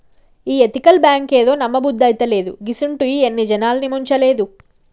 ఈ ఎతికల్ బాంకేందో, నమ్మబుద్దైతలేదు, గిసుంటియి ఎన్ని జనాల్ని ముంచలేదు